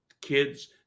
kids